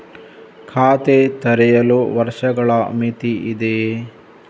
ಖಾತೆ ತೆರೆಯಲು ವರ್ಷಗಳ ಮಿತಿ ಇದೆಯೇ?